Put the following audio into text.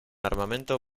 armamento